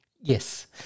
Yes